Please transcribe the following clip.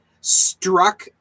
struck